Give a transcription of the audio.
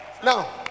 Now